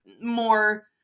more